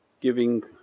giving